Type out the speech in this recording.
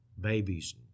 babies